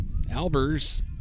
Albers